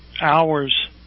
hours